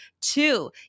Two